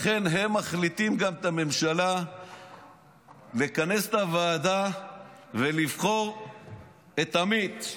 הם מחליטים גם להכריח את הממשלה לכנס את הוועדה ולבחור את עמית,